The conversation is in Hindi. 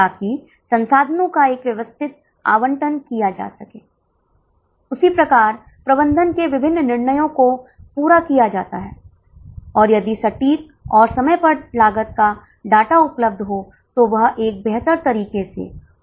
इसमें 2 बसें होंगी उसी प्रकार से प्रत्येक श्रेणी के लिए होंगी हम छात्रों की संख्या के अनुसार बसों की संख्या 2 3 3 और 4 के लिए चलते हैं